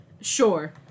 Sure